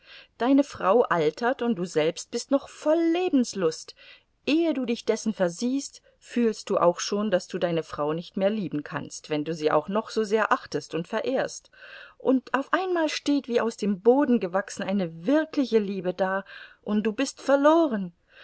deine frau altert und du selbst bist noch voll lebenslust ehe du dich dessen versiehst fühlst du auch schon daß du deine frau nicht mehr lieben kannst wenn du sie auch noch so sehr achtest und verehrst und auf einmal steht wie aus dem boden gewachsen eine wirkliche liebe da und du bist verloren